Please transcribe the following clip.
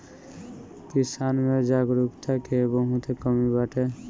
किसान में जागरूकता के बहुते कमी बाटे